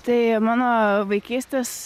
tai mano vaikystės